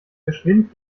geschwind